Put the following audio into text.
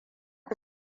fi